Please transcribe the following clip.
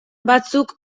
batzuk